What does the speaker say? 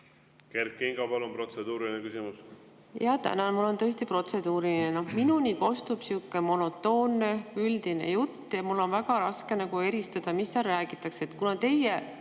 Kert Kingo, palun, protseduuriline küsimus! Tänan! Mul on tõesti protseduuriline. Minuni kostub sihuke monotoonne, üldine jutt, ja mul on väga raske eristada, mis seal räägitakse. Teie